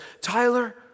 Tyler